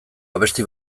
abesti